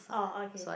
oh okay